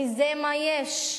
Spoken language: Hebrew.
כ"זה מה יש",